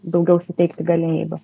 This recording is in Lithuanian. daugiau suteikti galimybių